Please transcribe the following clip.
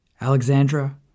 Alexandra